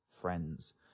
Friends